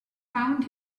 found